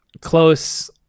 close